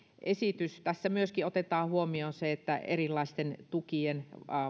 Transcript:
esitys tässä myöskin otetaan huomioon se että erilaisten tukien